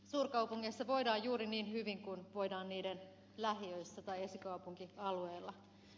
suurkaupungeissa voidaan juuri niin hyvin kuin voidaan niiden lähiöissä tai esikaupunkialueilla